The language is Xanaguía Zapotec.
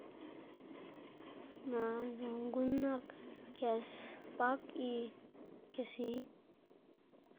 naꞌ c̲h̲ow guꞌn nak kes bak y kesiy.